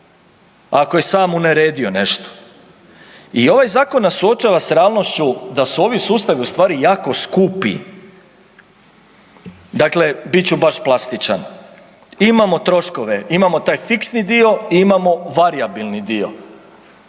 ako je sam uneredio nešto. I ovaj Zakon nas suočava s realnošću da su ovi sustavi ustvari jako skupi. Dakle, bit ću baš plastičan. Imamo troškove, imamo taj fiksni dio i imamo varijabilni dio.